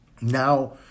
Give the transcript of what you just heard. now